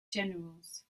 generals